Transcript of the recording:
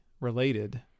related